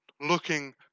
looking